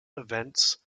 events